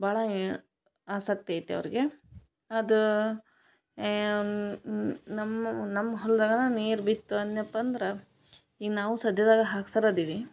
ಭಾಳ ಆಸಕ್ತಿ ಐತೆ ಅವ್ರಿಗೆ ಅದ ಏ ನಮ್ಮ ಮ್ ನಮ್ಮ ಹೊಲದಾಗನ ನೀರು ಬಿತ್ತು ಅನ್ಯಪ್ಪ ಅಂದರಾ ಈಗ ನಾವು ಸದ್ಯದಾಗ ಹಾಕ್ಸರ ಅದಿವಿ